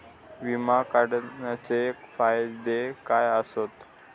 विमा काढूचे फायदे काय आसत?